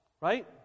Right